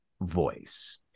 voice